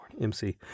MC